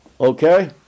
Okay